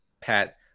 Pat